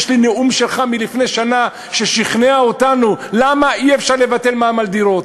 יש לי נאום שלך מלפני שנה ששכנע אותנו למה אי-אפשר לבטל מע"מ על דירות.